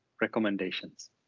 recommendations